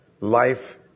life